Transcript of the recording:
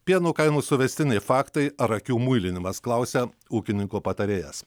pieno kainų suvestinėj faktai ar akių muilinimas klausia ūkininko patarėjas